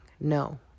no